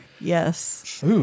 Yes